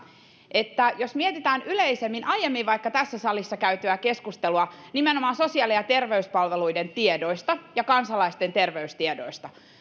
että jos mietitään yleisemmin aiemmin vaikka tässä salissa käytyä keskustelua nimenomaan sosiaali ja terveyspalveluiden tiedoista ja kansalaisten terveystiedoista niin